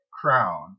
crown